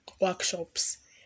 workshops